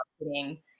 marketing